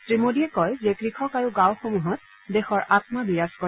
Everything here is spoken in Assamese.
শ্ৰীমোডীয়ে কয় যে কৃষক আৰু গাঁওসমূহত দেশৰ আম্মা বিৰাজ কৰে